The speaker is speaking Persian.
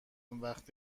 وقت